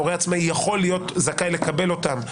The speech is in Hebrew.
הורה עצמאי יכול להיות זכאי לקבל אותן,